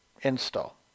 install